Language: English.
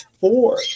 four